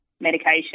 medication